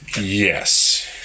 Yes